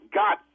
got